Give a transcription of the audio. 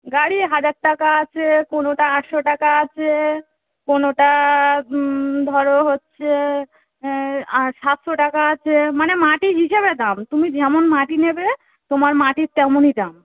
গাড়ি হাজার টাকা আছে কোনোটা আটশো টাকা আছে কোনোটা ধরো হচ্ছে আ সাতশো টাকা আছে মানে মাটি হিসাবে দাম তুমি যেমন মাটি নেবে তোমার মাটির তেমনই দাম